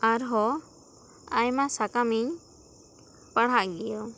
ᱟᱨᱦᱚᱸ ᱟᱭᱢᱟ ᱥᱟᱠᱟᱢ ᱤᱧ ᱯᱟᱲᱦᱟᱜ ᱜᱮᱭᱟ